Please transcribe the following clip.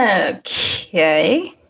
Okay